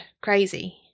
crazy